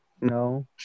No